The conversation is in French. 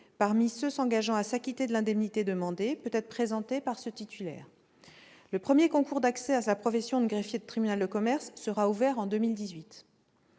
parmi ceux qui s'engagent à s'acquitter de l'indemnité demandée peut être présenté par ce titulaire. Le premier concours d'accès à la profession de greffier de tribunal de commerce sera ouvert en 2018.